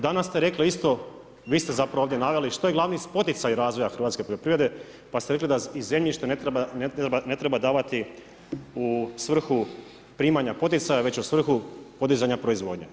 Danas, ste rekli isto, vi ste zapravo ovdje naveli, što je glavni poticaj razvoja hrvatske poljoprivrede, pa ste rekli da iz zemljišta ne treba davati u svrhu primanja poticaja, već u svrhu podizanje proizvodnje.